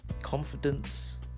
confidence